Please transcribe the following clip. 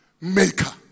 maker